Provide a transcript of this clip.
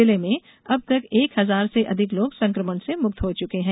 जिले में अब तक एक हजार से अधिक लोग संकमण से मुक्त हो चुके हैं